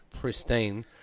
pristine